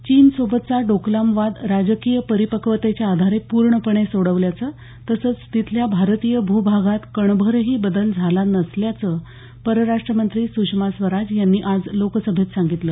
चीनसोबतचा डोकलाम वाद राजकीय परिपक्वतेच्या आधारे पूर्णपणे सोडवल्याचं तसंच तिथल्या भारतीय भूभागात कणभरही बदल झाला नसल्याचं परराष्ट्रमंत्री सुषमा स्वराज यांनी आज लोकसभेत सांगितलं